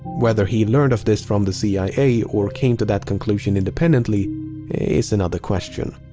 whether he learned of this from the cia or came to that conclusion independently is another question.